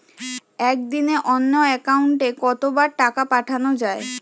একদিনে অন্য একাউন্টে কত বার টাকা পাঠানো য়ায়?